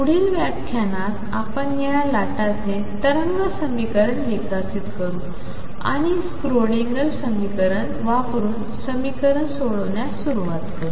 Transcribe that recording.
पुढील व्याख्यानात आपण या लाटाचे तरंग समीकरण विकसित करू आणि स्क्रोडिंगर समीकरण वापरून समीकरण सोडवण्यास सुरवात करू